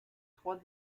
trois